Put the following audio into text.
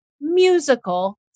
musical